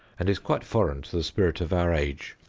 and is quite foreign to the spirit of our age.